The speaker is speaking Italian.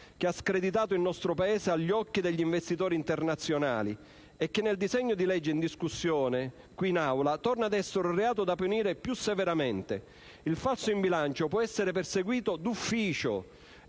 che ha screditato il nostro Paese agli occhi degli investitori internazionali e che nel disegno di legge in discussione qui in Aula torna ad essere un reato da punire più severamente. Il falso in bilancio può essere perseguito d'ufficio